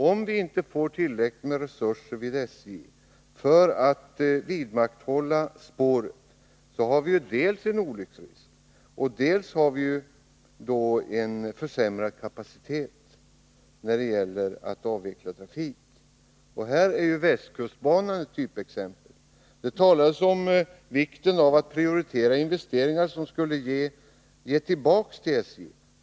Om vi inte får tillräckligt med resurser vid SJ för att vidmakthålla spåren har vi dels en olycksrisk, dels en försämrad kapacitet då det gäller att avveckla trafik. Här är ju västkustbanan ett typexempel. Det har talats om vikten av att prioritera investeringar som skulle ge något tillbaka till SJ.